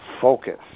Focus